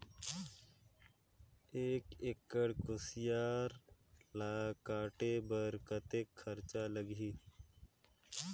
एक एकड़ कुसियार ल काटे बर कतेक खरचा लगही?